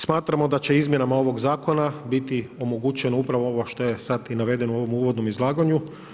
Smatramo da će izmjenama ovoga zakona, biti omogućeno upravo ovo što je sad i navedeno u ovom uvodnom izlaganju.